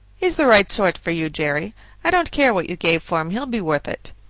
he's the right sort for you, jerry i don't care what you gave for him, he'll be worth it.